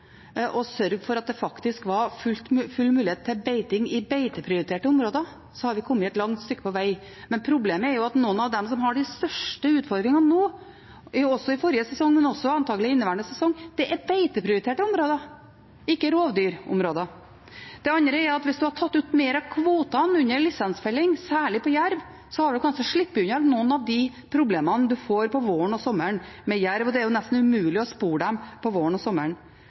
å sørge for at det faktisk var full mulighet til beiting i beiteprioriterte områder, hadde vi kommet et langt stykke på vei. Problemet er jo at noen av dem som har de største utfordringene nå – i forrige sesong, men også antagelig i inneværende sesong – er beiteprioriterte områder, ikke rovdyrområder. Det andre er at hvis en hadde tatt ut mer av kvotene under lisensfelling, særlig på jerv, hadde en kanskje sluppet unna noen av de problemene en får med jerv på våren og sommeren. Det er nesten umulig å spore dem på våren og sommeren.